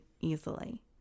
easily